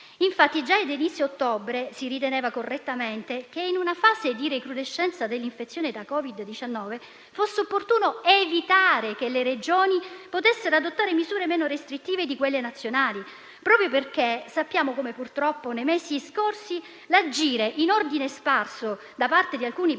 Infatti, già ad inizio ottobre si riteneva correttamente che, in una fase di recrudescenza dell'infezione da Covid-19, fosse opportuno evitare che le Regioni potessero adottare misure meno restrittive di quelle nazionali, proprio perché sappiamo come purtroppo, nei mesi scorsi, l'agire in ordine sparso da parte di alcuni Presidenti